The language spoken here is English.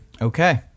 Okay